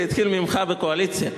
זה התחיל ממך בקואליציה.